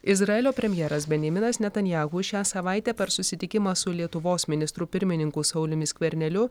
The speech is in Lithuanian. izraelio premjeras benjaminas netanyahu šią savaitę per susitikimą su lietuvos ministru pirmininku sauliumi skverneliu